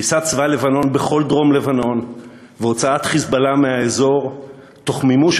פריסת צבא לבנון בכל דרום-לבנון והוצאת 'חיזבאללה' מהאזור תוך מימוש